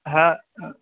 হ্যাঁ